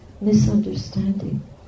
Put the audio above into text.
misunderstanding